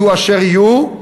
יהיו אשר יהיו,